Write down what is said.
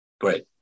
Great